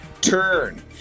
turn